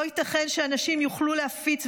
לא ייתכן שאנשים יוכלו להפיץ,